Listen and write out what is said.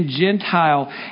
Gentile